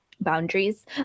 boundaries